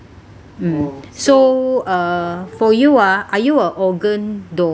mm so uh for you ah are you a organ donor